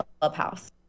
Clubhouse